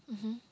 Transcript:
mmhmm